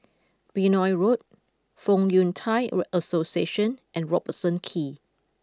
Benoi Road Fong Yun Thai Association and Robertson Quay